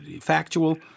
factual